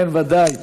כן, ודאי.